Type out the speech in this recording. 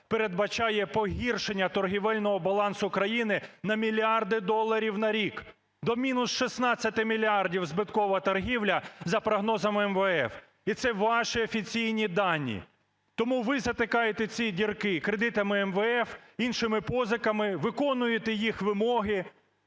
передбачає погіршення торгівельного балансу країни на мільярди доларів на рік, до мінус 16 мільярдів збиткова торгівля за прогнозами МВФ. І це ваші офіційні дані. Тому ви затикаєте ці дірки кредитами МВФ, іншими позиками, виконуєте їх вимоги.